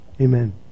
Amen